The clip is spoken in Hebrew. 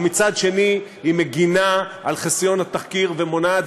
ומצד שני היא מגינה על חסיון התחקיר ומונעת